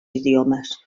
idiomes